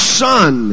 son